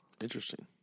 Interesting